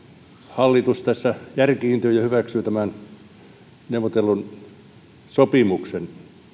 hallitus tässä järkiintyvät ja hyväksyvät tämän neuvotellun sopimuksen